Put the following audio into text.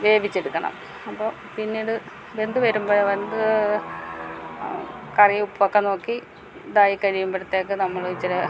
വേവിച്ചെടുക്കണം അപ്പോൾ പിന്നീട് വെന്ത് വരുമ്പോൾ വെന്ത് കറീ ഉപ്പൊക്കെ നോക്കി ഇതായി കഴിയുമ്പോഴത്തേക്ക് നമ്മൾ ഇച്ചരെ